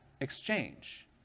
exchange